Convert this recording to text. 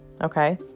okay